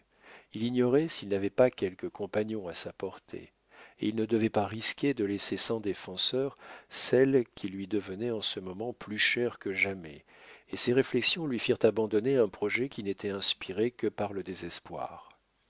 il ignorait s'il n'avait pas quelques compagnons à sa portée et il ne devait pas risquer de laisser sans défenseur celle qui lui devenait en ce moment plus chère que jamais et ces réflexions lui firent abandonner un projet qui n'était inspiré que par le désespoir